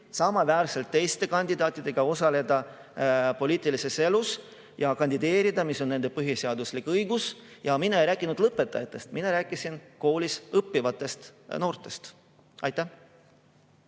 samaväärselt teiste kandidaatidega osaleda poliitilises elus ja kandideerida, mis on nende põhiseaduslik õigus. Ja mina ei rääkinud lõpetajatest, mina rääkisin koolis õppivatest noortest. Aitäh!